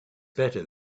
better